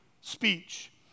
speech